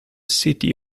city